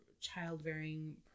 childbearing